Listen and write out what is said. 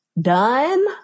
done